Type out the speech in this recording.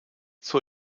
zur